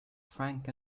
frank